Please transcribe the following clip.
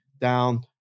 down